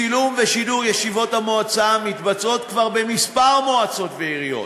צילום ושידור ישיבות מועצה נעשים כבר בכמה מועצות ועיריות,